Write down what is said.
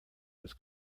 was